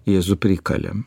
jėzų prikalėm